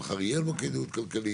מחר יהיה בו כדאיות כלכלית.